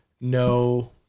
no